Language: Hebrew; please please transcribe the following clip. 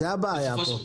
זאת הבעיה פה.